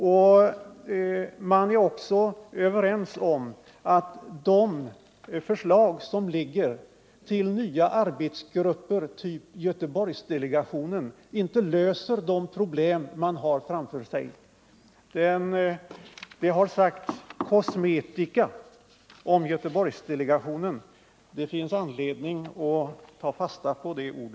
Man anser också att de förslag som föreligger om nya arbetsgrupper typ Göteborgsdelegationen inte löser de problem som man har framför sig. Göteborgsdelegationen har kallats för ”kosmetika”. Det finns anledning att ta fasta på detta ord.